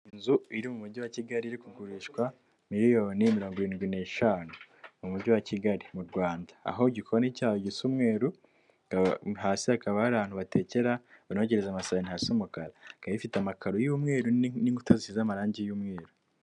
Inzu iri mu mujyi wa Kigali iri kugurishwa miliyoni mirongo irindwi n'eshanu mu mujyi wa Kigali mu Rwanda. Aho igikoni cyaho gisa umweru, hasi hakaba ari ahantu batekera, banogereza amasahani hasa umukara. Ikaba ifite amakaro y'umweru n'inkuta zisize amarangi y'umweru.